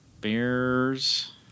Bears